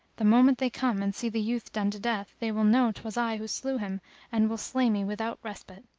the moment they come and see the youth done to death, they will know twas i who slew him and will slay me without respite.